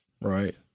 Right